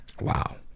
Wow